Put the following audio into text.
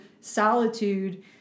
solitude